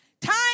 time